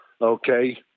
okay